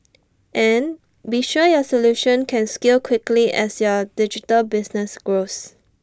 and be sure your solution can scale quickly as your digital business grows